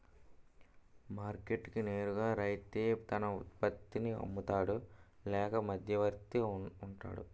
Market కి నేరుగా రైతే తన ఉత్పత్తి నీ అమ్ముతాడ లేక మధ్యవర్తి వుంటాడా?